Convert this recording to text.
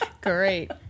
Great